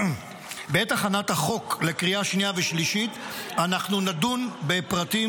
בעת הכנת החוק לקריאה שנייה ושלישית אנחנו נדון בפרטים